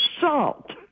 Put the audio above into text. salt